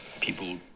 people